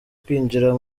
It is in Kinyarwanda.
kwinjira